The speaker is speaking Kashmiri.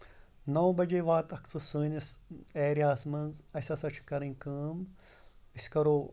نو بَجے واتَکھ ژٕ سٲنِس ایریا ہَس منٛز اَسہِ ہسا چھِ کرٕنۍ کٲم أسۍ کَرو